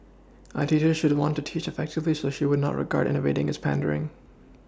a teacher should want to teach effectively so she would not regard innovating as pandering